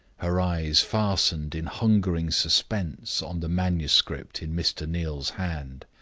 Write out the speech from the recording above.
her eyes fastened in hungering suspense on the manuscript in mr. neal's hand.